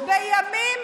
בימים